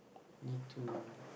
need to